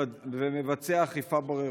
ומבצע אכיפה בררנית.